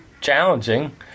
challenging